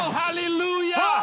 hallelujah